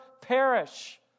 perish